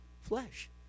flesh